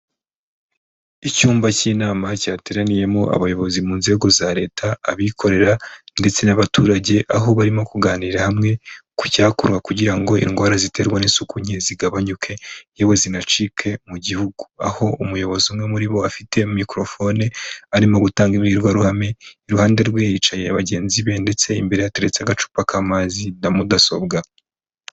Icyumba cy'inama cyateraniyemo abayobozi mu nzego za leta, abikorera, ndetse n'abaturage. Aho barimo kuganirira hamwe ku cyakorwa kugira ngo indwara ziterwa n'isuku nke zigabanyuke, yewe zinacike mu gihugu. Aho umuyobozi umwe muri bo afite microphone arimo gutanga imbwirwaruhame. Iruhande rwe hicaye bagenzi be ndetse imbere hateretse agacupa k'amazi na mudasobwa.